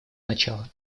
начала